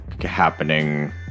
happening